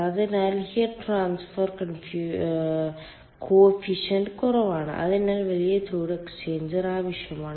അതിനാൽ heat transfer coefficient കുറവാണ് അതിനാൽ വലിയ ചൂട് എക്സ്ചേഞ്ചർ ആവശ്യമാണ്